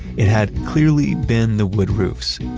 it had clearly been the wood roofs.